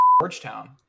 Georgetown